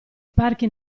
parchi